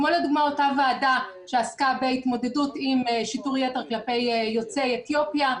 כמו לדוגמה אותה ועדה שעסקה בהתמודדות עם שיטור יתר כלפי יוצאי אתיופיה,